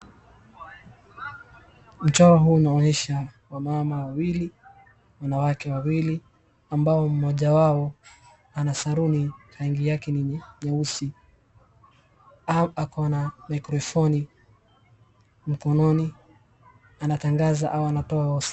Mchoro huu unaonyesha wamama wawili, wanawake wawili, ambao mmoja wao ana saruni rangi yake ni nyeusi. Ako na maikrofoni mkononi, anatangaza au anatoa wosia.